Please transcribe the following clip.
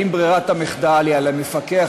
האם ברירת המחדל היא על המפקח,